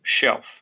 shelf